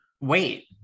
Wait